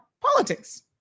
politics